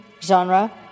genre